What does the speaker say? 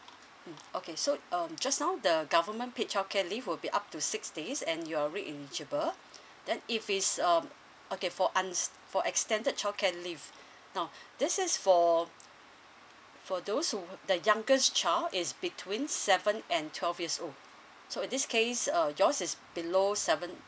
mm okay so um just now the government paid childcare leave will be up to six days and you're already eligible then if it's um okay for uns~ for extended childcare leave now this is for for those who the youngest child is between seven and twelve years old so in this case uh yours is below seven